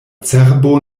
cerbo